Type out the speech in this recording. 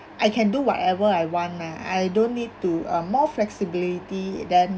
I can do whatever I want ah I don't need to uh more flexibility than